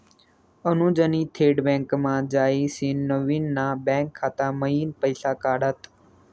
अनुजनी थेट बँकमा जायसीन नवीन ना बँक खाता मयीन पैसा काढात